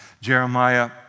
Jeremiah